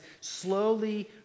slowly